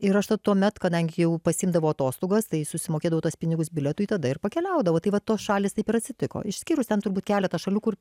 ir aš ta tuomet kadangi jau pasiimdavau atostogas tai susimokėdavau tuos pinigus bilietui tada ir pakeliaudavau tai va tos šalys taip ir atsitiko išskyrus ten turbūt keleta šalių kur